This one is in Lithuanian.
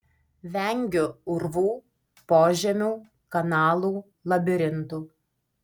vengiu urvų požemių kanalų labirintų